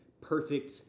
perfect